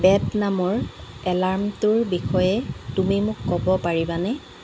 bed নামৰ এলাৰ্মটোৰ বিষয়ে তুমি মোক ক'ব পাৰিবানে